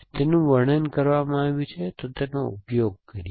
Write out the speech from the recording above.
તેનું વર્ણન કરવામાં આવ્યું છે તો તેનો ઉપયોગ કરીયે